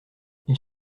ils